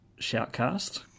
shoutcast